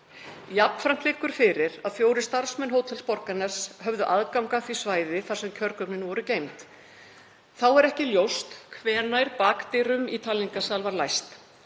Jafnframt liggur fyrir að fjórir starfsmenn Hótels Borgarness höfðu aðgang að því svæði þar sem kjörgögnin voru geymd. Þá er ekki ljóst hvenær bakdyrum í talningarsal var læst.